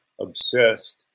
obsessed